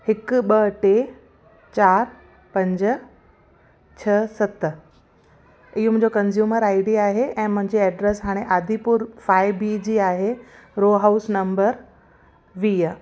हिकु ॿ टे चारि पंज छह सत इहो मुंहिंजो कंज्यूमर आई डी आहे ऐं मुंहिंजे एड्रेस हाणे आदिपुर फाइव बी जी आहे रो हाउस नंबर वी आहे